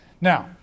Now